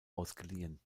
ausgeliehen